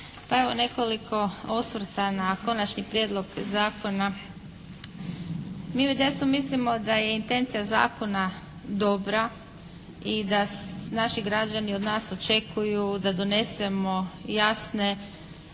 Pa evo nekoliko osvrta na konačni prijedlog zakona. Mi u IDS-u mislimo da je intencija zakona dobra i da naši građani od nas očekuju da donesemo jasne